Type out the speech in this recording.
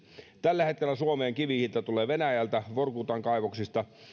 tällä hetkellä suomeen kivihiiltä tulee venäjältä vorkutan kaivoksista